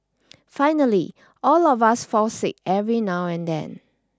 finally all of us fall sick every now and then